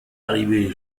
arrivé